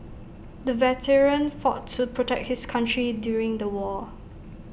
the veteran fought to protect his country during the war